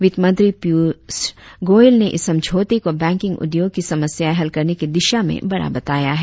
वित्त मंत्री पीयूष योयल ने इस समझौते को बैंकिंग उद्योग की समस्याएं हल करने की दिशा में बड़ा बताया है